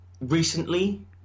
recently